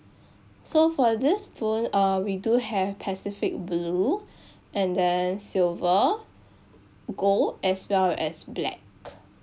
so for this phone uh we do have pacific blue and then silver gold as well as black